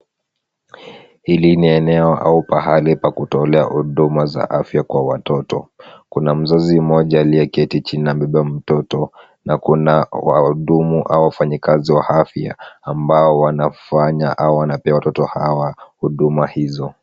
Hili ni eneo au pahali pa kutolea huduma za afya kwa watoto. Kuna mzazi mmoja aliyeketi chini na kubeba mtoto na kuna wahudumu au wafanyikazi wa afya ambao wanafanya au wanapea watoto hawa huduma hizo.